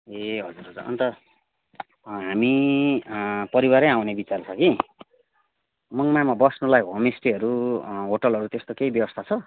ए हजुर हजुर अन्त हामी परिवारै आउने विचार छ कि मङमायामा बस्नुलाई होमस्टेहरू होटेलहरू त्यस्तो केही व्यवस्था छ